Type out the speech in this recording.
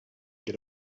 get